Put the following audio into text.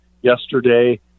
yesterday